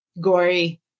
gory